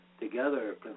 together